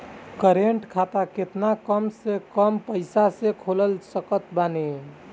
Current खाता केतना कम से कम पईसा से खोल सकत बानी?